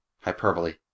hyperbole